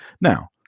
Now